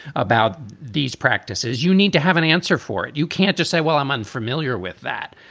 about these practices. you need to have an answer for it. you can't just say, well, i'm unfamiliar with that.